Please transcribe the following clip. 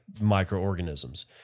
microorganisms